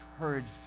encouraged